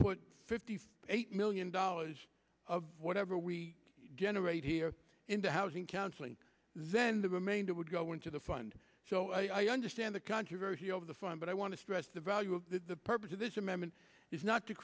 put fifty eight million dollars of whatever we generate here into housing counseling zend the remainder would go into the fund so i understand the controversy over the fund but i want to stress the value of the purpose of this amendment is not to